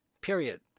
period